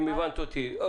אם הבנת אותי.